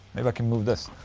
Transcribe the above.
maybe i can move this.